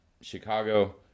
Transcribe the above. Chicago